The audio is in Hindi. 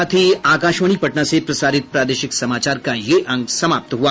इसके साथ ही आकाशवाणी पटना से प्रसारित प्रादेशिक समाचार का ये अंक समाप्त हुआ